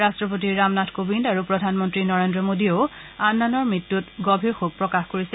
ৰাট্টপতি ৰামনাথ কোৱিন্দ আৰু প্ৰধানমন্ত্ৰী নৰেন্দ্ৰ মোডীয়ে তেওঁৰ মৃত্যুত গভীৰ শোঁক প্ৰকাশ কৰিছে